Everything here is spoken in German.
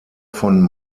von